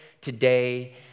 today